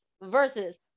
versus